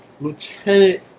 lieutenant